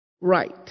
right